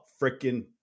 freaking